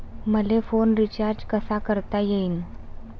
मले phone recharge कसा करता येईन?